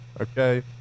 Okay